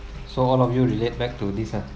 so all of you relate back to this [one] ah